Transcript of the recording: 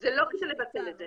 זה לא כדי לבטל את זה.